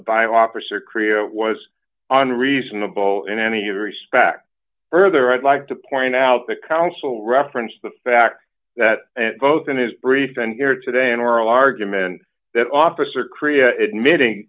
by officer korea was on reasonable in any respect further i'd like to point out the counsel referenced the fact that both in his brief and here today an oral argument that officer korea admitting